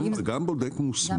גם בודק מוסמך.